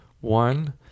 One